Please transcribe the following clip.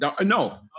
no